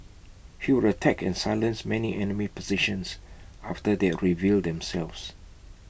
he would attack and silence many enemy positions after they had revealed themselves